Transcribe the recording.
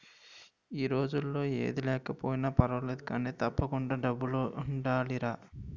ఈ రోజుల్లో ఏది లేకపోయినా పర్వాలేదు కానీ, తప్పకుండా డబ్బులుండాలిరా